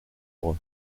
sombre